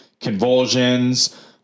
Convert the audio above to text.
convulsions